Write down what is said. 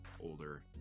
older